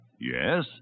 Yes